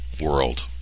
world